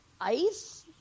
ice